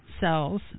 cells